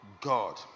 God